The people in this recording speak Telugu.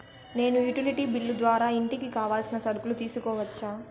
నేను యుటిలిటీ బిల్లు ద్వారా ఇంటికి కావాల్సిన సరుకులు తీసుకోవచ్చా?